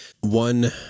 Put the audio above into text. One